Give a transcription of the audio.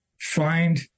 find